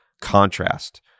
contrast